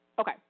Okay